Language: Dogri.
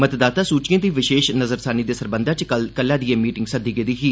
मतदाता सूचिएं दी विशेष नज़रसानी दे सरबंघी च कल्लै दी एह् मीटिंग सद्दी गेदी ही